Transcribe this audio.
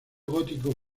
gótico